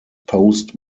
post